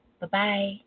Bye-bye